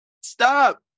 Stop